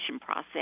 process